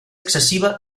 excessiva